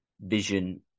vision